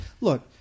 Look